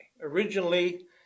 Originally